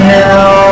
now